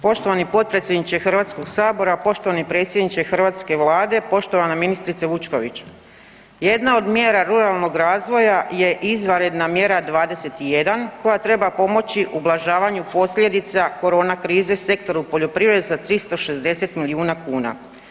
Poštovani potpredsjedniče Hrvatskog sabora, poštovani predsjedniče hrvatske Vlade, poštovana ministrice Vučković, jedna od mjera ruralnog razvoja je izvanredna mjera 21 koja treba pomoći ublažavanju posljedica korona krize sektoru poljoprivrede sa 360 milijuna kuna.